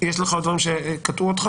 יש לך עוד דברים שקטעו אותך